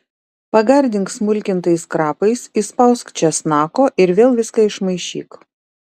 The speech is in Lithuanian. pagardink smulkintais krapais įspausk česnako ir vėl viską išmaišyk